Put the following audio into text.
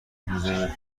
میزنه